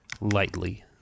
lightly